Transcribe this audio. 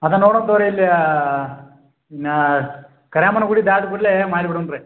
ಅದು ನೋಡೋಣ ತೊಗೊರಿ ಅಲ್ಲಿ ಕರಿಯಮ್ಮನ ಗುಡಿ ದಾಟ್ದ ಕೂಡ್ಲೇ ಮಾಡಿ ಬಿಡೋಣ ರೀ